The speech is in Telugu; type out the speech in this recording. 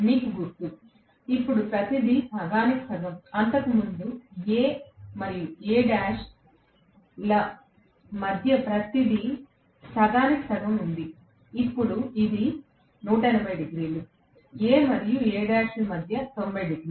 మీకు గుర్తు ఇప్పుడు ప్రతిదీ సగానికి సగం అంతకుముందు A మరియు A' ల మధ్య ప్రతిదీ సగానికి సగం ఉంది ఇది ఇప్పుడు 180 డిగ్రీలు A మరియు A' ల మధ్య 90 డిగ్రీలు